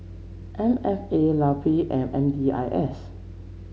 M F A LUP and M D I S